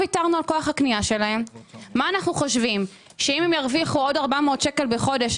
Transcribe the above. את התשלומים היקרים על השירותים החברתיים,